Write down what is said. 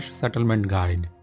settlement-guide।